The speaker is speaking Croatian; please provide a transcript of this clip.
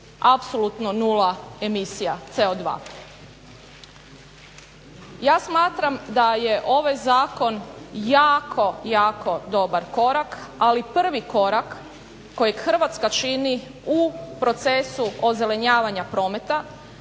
apsolutno nula emisija CO2. Ja smatram da je ovaj zakon jako, jako dobar korak ali prvi korak kojeg Hrvatska čini u procesu ozelenjavanja prometa,